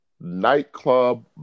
nightclub